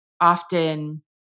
often